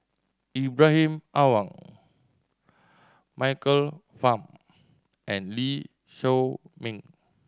Ibrahim Awang Michael Fam and Lee Shao Meng